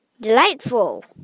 Delightful